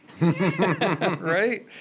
Right